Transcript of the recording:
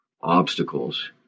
obstacles